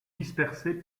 dispersés